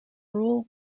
rule